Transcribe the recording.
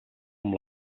amb